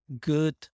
good